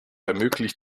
ermöglicht